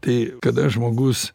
tai kada žmogus